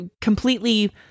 completely